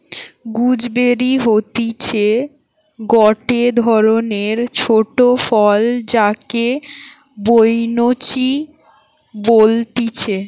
gooseberry হতিছে গটে ধরণের ছোট ফল যাকে বৈনচি বলতিছে